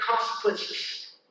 consequences